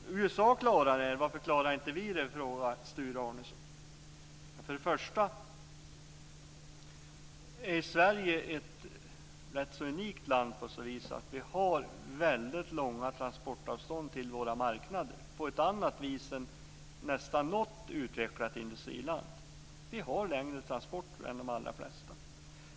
USA klarar det. Varför klarar inte vi det, frågar Sture Arnesson. För det första är Sverige ett rätt unikt land såtillvida att vi har väldigt långa transportavstånd till våra marknader, på ett annat vis än nästan något utvecklat industriland. Vi har längre transporter än de allra flesta.